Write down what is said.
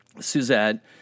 Suzette